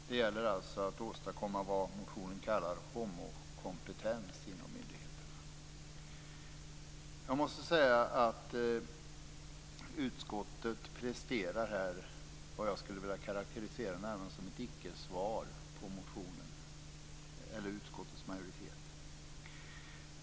Det gäller alltså att åstadkomma det som i motionen kallas homokompetens inom myndigheterna. Jag måste säga att utskottets majoritet presterar något som jag närmast skulle vilja karakterisera som ett ickesvar på motionen.